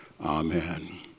Amen